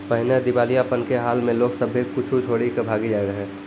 पहिने दिबालियापन के हाल मे लोग सभ्भे कुछो छोरी के भागी जाय रहै